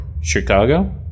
Chicago